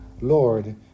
Lord